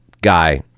guy